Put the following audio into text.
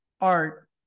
art